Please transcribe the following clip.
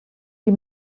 die